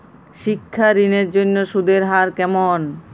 শিক্ষা ঋণ এর জন্য সুদের হার কেমন?